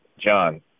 John